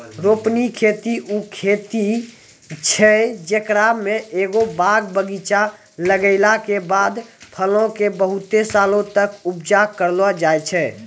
रोपनी खेती उ खेती छै जेकरा मे एगो बाग बगीचा लगैला के बाद फलो के बहुते सालो तक उपजा करलो जाय छै